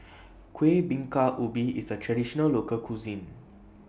Kueh Bingka Ubi IS A Traditional Local Cuisine